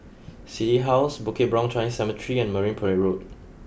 City House Bukit Brown Chinese Cemetery and Marine Parade Road